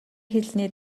хэлний